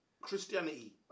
christianity